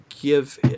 give